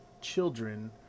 children